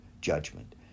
judgment